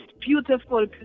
beautiful